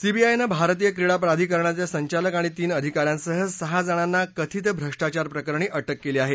सीबीआयनं भारतीय क्रीडा प्राधिकरणाच्या संचालक आणि तीन अधिका यांसह सहाजणांना कथित भ्रष्टाचारप्रकरणी अटक केली आहे